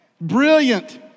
Brilliant